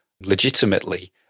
legitimately